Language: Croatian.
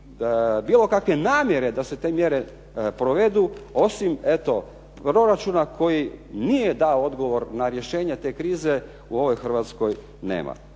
bilo kakve namjere da se te mjere provedu, osim eto proračuna koji nije dao odgovor na rješenje te krize u ovoj Hrvatskoj nema.